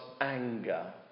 anger